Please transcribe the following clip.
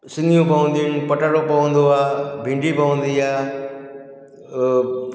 सिंॻियूं पवंदियूं आहिनि पटाटो पवंदो आहे भींडी पवंदी आहे